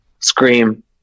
scream